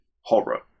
horror